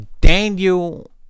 Daniel